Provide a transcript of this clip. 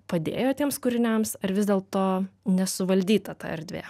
padėjo tiems kūriniams ar vis dėlto nesuvaldyta ta erdvė